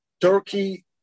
Turkey